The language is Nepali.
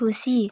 खुसी